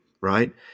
right